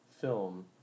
film